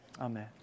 Amen